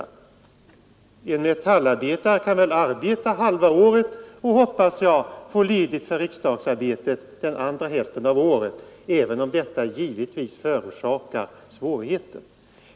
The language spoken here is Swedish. En — Nr 111 metallarbetare kan väl arbeta halva året och — hoppas jag — få ledigt för Tisdagen den riksdagsarbetet den andra hälften av året, även om detta givetvis är 5 juni 1973 förenat med svårigheter.